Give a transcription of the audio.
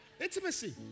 Intimacy